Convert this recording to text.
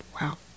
Wow